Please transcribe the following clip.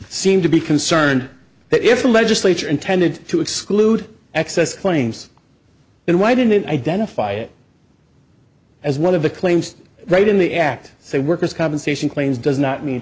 seemed to be concerned that if the legislature intended to exclude excess claims then why didn't identify it as one of the claims right in the act so workers compensation claims does not mean